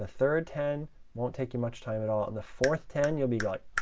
ah third ten won't take you much time at all, and the fourth ten, you'll be like